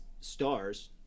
stars